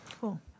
cool